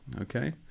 Okay